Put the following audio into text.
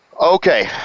Okay